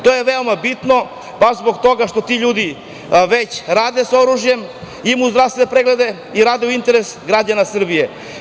To je veoma bitno baš zbog toga što ti ljudi već rade sa oružjem, imaju zdravstvene preglede i rade u interesu građana Srbije.